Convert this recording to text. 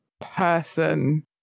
person